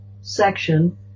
section